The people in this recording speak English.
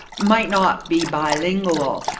might not be bilingual.